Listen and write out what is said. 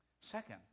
Second